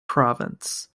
province